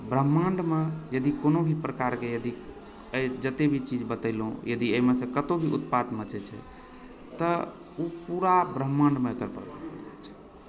ब्रह्माण्डमे यदि कोनो भी प्रकारके यदि ई जतेक भी चीज बतेलहुँ यदि एहिमे सँ कतहु भी उत्पात मचै छै तऽ ओ पूरा ब्रहमाण्डमे एकर प्रभाव पड़ि जाइत छै